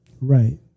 Right